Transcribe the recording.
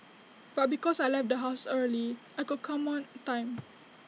but because I left the house early I could come on time